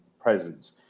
presence